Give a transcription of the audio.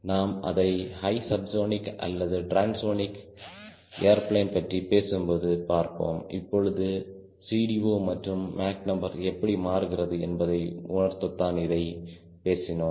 நாம் அதை high subsonic அல்லது டிரான்சோனிக் ஏர்பிளேனை பற்றி பேசும்போது பார்ப்போம் இப்பொழுது CD0 மற்றும் மாக் நம்பர் எப்படி மாறுகிறது என்பதை உணர்த்தத்தான் இதைப்பற்றி பேசினோம்